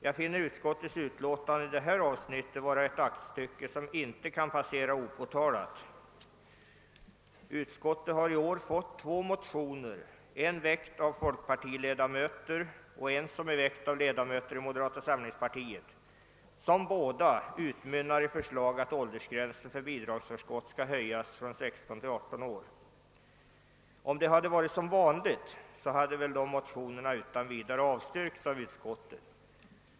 Jag finner utskottets skrivning i det avsnittet vara ett aktstycke, som inte kan passera Till utskottet har i år remitterats två motioner i detta ärende, den ena väckt av folkpartiledamöter och den andra väckt av ledamöter i moderata samlingspartiet. Båda motionerna utmynnar i förslag om att åldersgränsen för bidragsförskott skall höjas från 16 till 18 år. I vanliga fall hade väl dessa båda motioner avstyrkts av utskottet utan vidare.